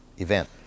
event